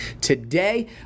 today